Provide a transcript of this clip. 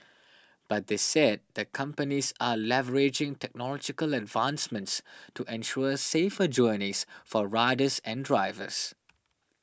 but they said the companies are leveraging technological advancements to ensure safer journeys for riders and drivers